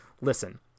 listen